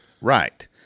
Right